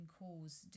cause